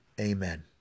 amen